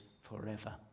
forever